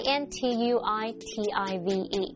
Intuitive